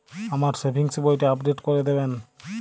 আমার সেভিংস বইটা আপডেট করে দেবেন?